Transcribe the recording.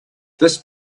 this